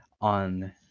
on